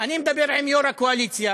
אני מדבר עם יו"ר הקואליציה,